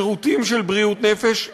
שירותים של בריאות נפש,